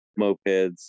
mopeds